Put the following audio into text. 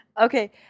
Okay